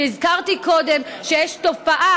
כי הזכרתי קודם שיש תופעה